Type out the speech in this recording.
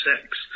sex